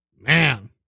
Man